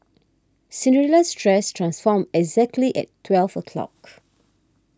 Cinderella's dress transformed exactly at twelve o'clock